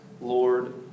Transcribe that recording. Lord